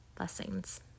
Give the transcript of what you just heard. Blessings